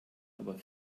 aber